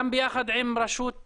גם ביחד עם רשות ההון.